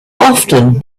often